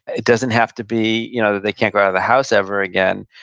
it doesn't have to be you know they can't go out of the house ever again,